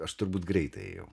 aš turbūt greitai ėjau